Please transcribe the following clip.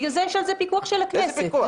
איזה פיקוח?